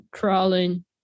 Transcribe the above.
crawling